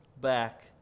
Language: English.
back